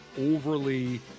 overly